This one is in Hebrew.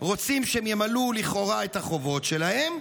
רוצים שהם ימלאו לכאורה את החובות שלהם,